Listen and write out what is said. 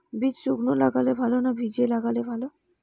বীজ শুকনো লাগালে ভালো না ভিজিয়ে লাগালে ভালো?